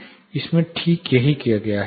इसमें ठीक यही किया गया था